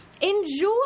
enjoy